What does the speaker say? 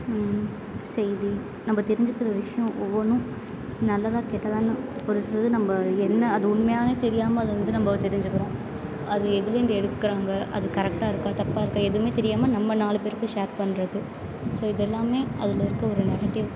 செய்தி நம்ம தெரிஞ்சிக்கிற விஷயம் ஒவ்வொன்றும் ஸ் நல்லதா கெட்டதான்னு ஒரு சொல்லு நம்ம என்ன அது உண்மையானே தெரியாமல் அதை வந்து நம்ம தெரிஞ்சிக்கிறோம் அது எதுலேருந்து எடுக்கிறாங்க அது கரெக்டாக இருக்கா தப்பாக இருக்கா எதுவுமே தெரியாமல் நம்ம நாலு பேருக்கு ஷேர் பண்ணுறது ஸோ இதெல்லாமே அதில் இருக்க ஒரு நெகட்டிவ்